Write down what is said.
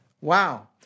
Wow